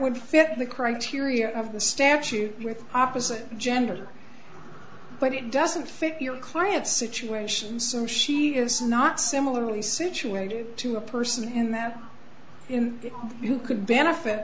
would fit the criteria of the statute with opposite gender but it doesn't fit your client's situation soon she is not similarly situated to a person in that who could benefit